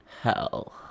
Hell